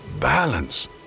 balance